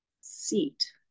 seat